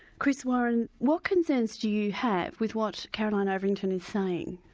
chris warren, what concerns do you have with what caroline ovington is saying?